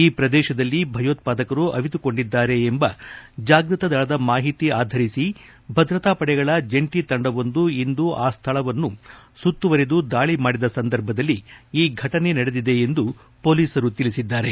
ಈ ಪ್ರದೇಶದಲ್ಲಿ ಭಯೋತ್ವಾದಕರು ಅವಿಶುಕೊಂಡಿದ್ದಾರೆ ಎಂಬ ಜಾಗ್ಗತದಳದ ಮಾಹಿತಿ ಆಧರಿಸಿ ಭದ್ರತಾಪಡೆಗಳ ಜಂಟಿ ತಂಡವೊಂದು ಇಂದು ಬೆಳಗ್ಗೆ ಸುತ್ತುವರೆದು ದಾಳಿ ಮಾಡಿ ಸಂದರ್ಭದಲ್ಲಿ ಈ ಘಟನೆ ನಡೆದಿದೆ ಎಂದು ಮೊಲೀಸರು ತಿಳಿಸಿದ್ದಾರೆ